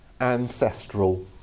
ancestral